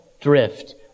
drift